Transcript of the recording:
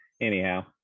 anyhow